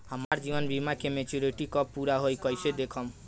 हमार जीवन बीमा के मेचीयोरिटी कब पूरा होई कईसे देखम्?